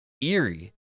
eerie